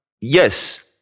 Yes